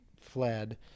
fled